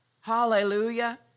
Hallelujah